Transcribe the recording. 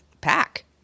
pack